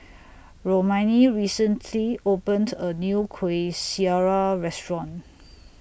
Romaine recently opened A New Kuih Syara Restaurant